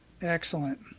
Excellent